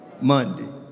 Monday